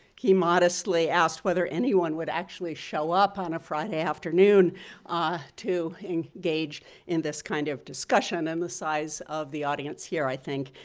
he modestly modestly asked whether anyone would actually show up on a friday afternoon ah to engage in this kind of discussion. and the size of the audience here, i think,